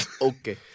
Okay